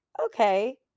okay